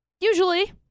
Usually